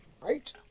Right